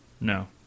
No